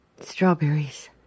Strawberries